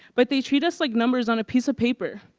but they treat us like numbers on a piece of paper.